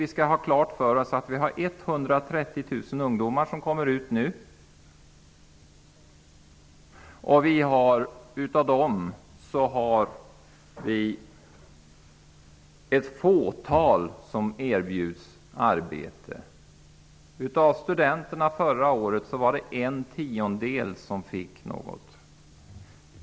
Vi måste ha klart för oss att 130 000 ungdomar nu kommer ut. Av dem erbjuds ett fåtal arbete. Av förra årets studenter fick en tiondel arbete.